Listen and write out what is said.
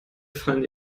fallen